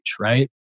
right